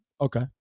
Okay